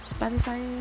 Spotify